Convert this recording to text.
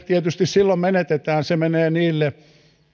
tietysti silloin menetetään se menee niille